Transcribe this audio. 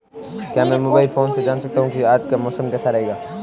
क्या मैं mobile phone से जान सकता हूँ कि आज मौसम कैसा रहेगा?